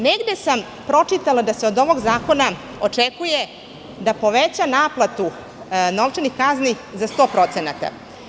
Negde sam pročitala da se od ovog zakona očekuje da poveća naplatu novčanih kazni za sto procenata.